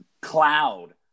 cloud